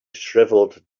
shriveled